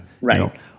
Right